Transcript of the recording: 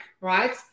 right